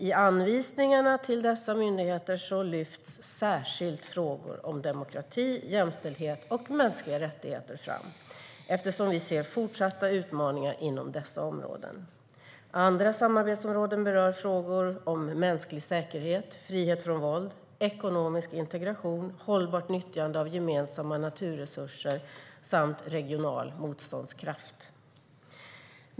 I anvisningarna till dessa myndigheter lyfts särskilt frågor om demokrati, jämställdhet och mänskliga rättigheter fram eftersom vi ser fortsatta utmaningar inom dessa områden. Andra samarbetsområden berör frågor om mänsklig säkerhet, frihet från våld, ekonomisk integration, hållbart nyttjande av gemensamma naturresurser samt regional motståndskraft.